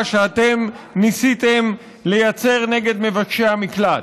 שאתם ניסיתם לייצר נגד מבקשי המקלט.